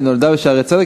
היא נולדה ב"שערי צדק",